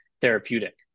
therapeutic